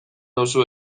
nauzu